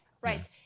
Right